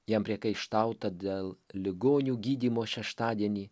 jam priekaištauta dėl ligonių gydymo šeštadienį